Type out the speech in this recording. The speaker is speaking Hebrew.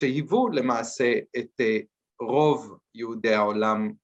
שהיוו למעשה את רוב יהודי העולם.